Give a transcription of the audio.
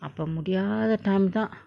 அப்ப முடியாத:appa mudiyaatha time தான்:thaan